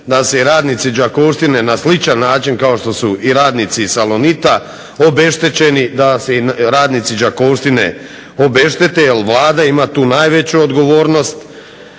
da se i radnici "Đakovštine" na sličan način kao što su i radnici iz "Salonita" obeštećeni, da se i radnici "Đakovštine" obeštete jer Vlada ima tu najveću odgovornost,